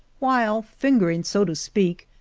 while fingering, so to speak,